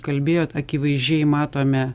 kalbėjot akivaizdžiai matome